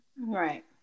right